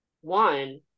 one